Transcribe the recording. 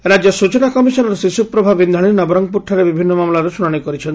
ମାମଲା ଶ୍ରଣାଣି ରାଜ୍ୟ ସୂଚନା କମିଶନର ଶିଶୁପ୍ରଭା ବିନ୍ଧାଶି ନବରଙ୍ଙପୁରଠାରେ ବିଭିନ୍ନ ମାମଲାର ଶୁଣାଶି କରିଛନ୍ତି